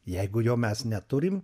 jeigu jo mes neturim